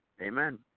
Amen